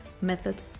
method